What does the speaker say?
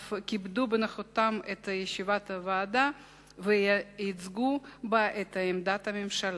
אף כיבדו בנוכחותם את ישיבת הוועדה וייצגו בה את עמדת הממשלה.